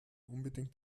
unbedingt